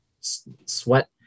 sweat